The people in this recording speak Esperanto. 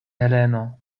heleno